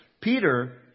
Peter